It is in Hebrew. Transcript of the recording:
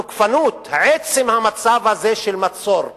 התוקפנות, עצם המצב הזה של מצור יומיומי,